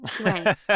Right